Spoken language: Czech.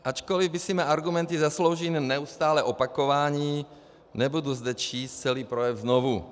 Ačkoliv si mé argumenty zaslouží neustálé opakování, nebudu zde číst celý projev znovu.